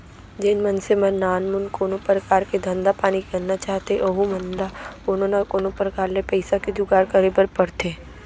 जेन मनसे मन नानमुन कोनो परकार के धंधा पानी करना चाहथें ओहू मन ल कोनो न कोनो प्रकार ले पइसा के जुगाड़ करे बर परथे